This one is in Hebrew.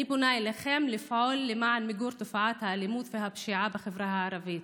אני פונה אליכם לפעול למען מיגור תופעת האלימות והפשיעה בחברה הערבית,